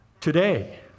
Today